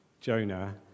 Jonah